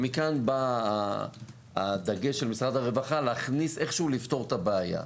מכאן בא הדגש של משרד הבריאות איכשהו לפתור את הבעיה.